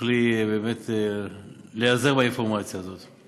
תוכלי באמת להיעזר באינפורמציה הזאת.